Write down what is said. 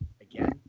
again